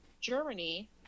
Germany